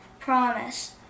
Promise